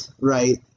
right